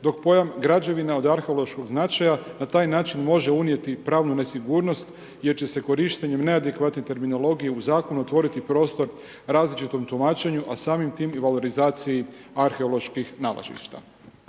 dok pojam građevina od arheološkog značaja na taj način može unijet pravnu nesigurnost jer će se korištenjem neadekvatne terminologije u zakonu otvoriti prostor različitom tumačenju a samim time i valorizaciji arheoloških nalazišta.